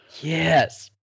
yes